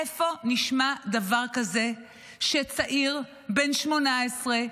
איפה נשמע דבר כזה שצעיר בן 18,